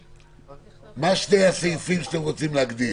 מה שני הסעיפים שאתם רוצים להגדיל?